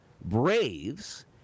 Braves